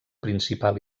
principal